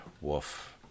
woof